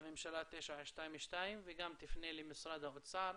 הממשלה 922 וגם תפנה למשרד האוצר,